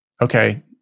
Okay